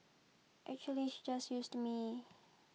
actually she just used me